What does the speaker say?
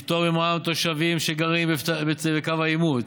לפטור ממע"מ תושבים שגרים בקו העימות.